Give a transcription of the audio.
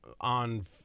on